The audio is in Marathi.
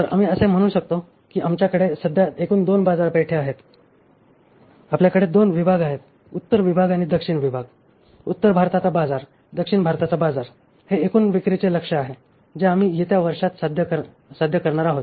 तर आम्ही असे म्हणू शकतो की आमच्याकडे सध्या एकूण दोन बाजारपेठे आहेत आपल्याकडे दोन विभाग आहेत उत्तर विभाग दक्षिणी विभाग उत्तर भारताचा बाजार दक्षिण भारताचा बाजार आणि हे एकूण विक्रीचे लक्ष्य आहे जे आम्ही येत्या वर्षात ते साध्य करणार आहेत